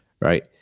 right